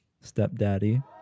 stepdaddy